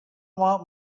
want